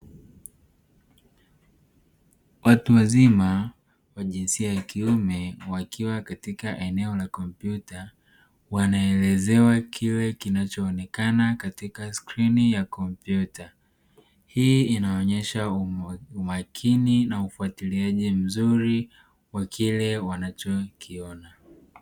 Watu wazima wa jinsia ya kiume wakiwa katika eneo la kompyuta wanaelezewa kile kinacho onekana katika skrini ya kompyuta, hii inaonesha umakini na ufatiliaji mzuri wa kile wanachokiona.